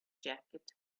jacket